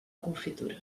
confitura